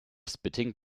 spitting